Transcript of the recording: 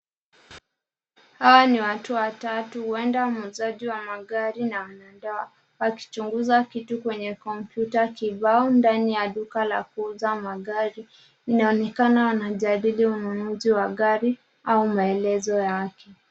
Hawa ni watu watatu, huenda muuzaji wa magari na wanandoa. Wakichunguza kitu kwenye kompyuta kibao ndani ya duka la kuuza magari. Inaonekana wanajadili ununuzi wa gari au maelezo yake.